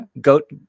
goat